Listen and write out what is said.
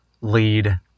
lead